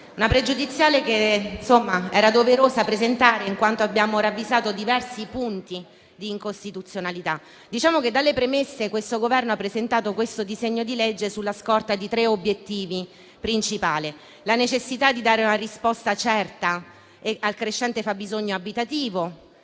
pregiudiziale, in quanto abbiamo ravvisato diversi punti di incostituzionalità, a partire dalle premesse. Questo Governo ha presentato questo disegno di legge sulla scorta di tre obiettivi principali: la necessità di dare una risposta certa al crescente fabbisogno abitativo,